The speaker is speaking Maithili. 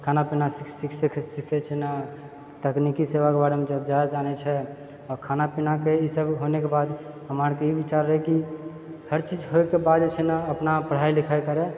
खानापीना सीखै छै ने तकनीकी सेवा कऽ बारेमे जब जादा जानै छै खानापीनाके ई सब होनेके बाद हमरा आरके ई विचार रहै कि हर चीज होइके बाद जे छै ने अपना पढ़ाइ लिखाइ करए